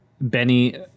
benny